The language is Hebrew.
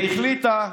והיא החליטה,